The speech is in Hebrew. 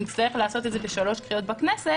נצטרך לעשות את זה בשלוש קריאות בכנסת.